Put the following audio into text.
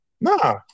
Nah